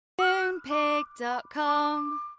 Moonpig.com